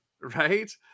right